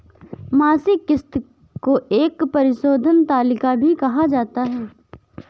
मासिक किस्त को एक परिशोधन तालिका भी कहा जाता है